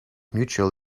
mutual